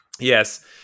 Yes